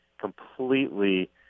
completely